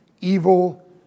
evil